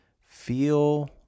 feel